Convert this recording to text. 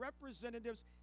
representatives